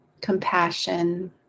compassion